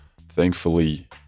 thankfully